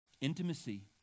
Intimacy